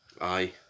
aye